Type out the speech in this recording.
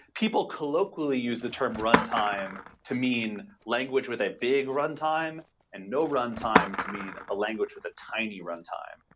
people colloquially use the term runtime to mean language with a big runtime and no runtime to mean a language with a tiny runtime.